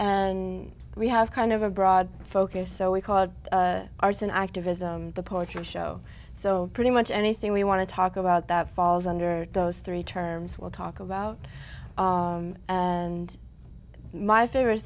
and we have kind of a broad focus so we called arson activism the poetry show so pretty much anything we want to talk about that falls under those three terms we'll talk about and my favorite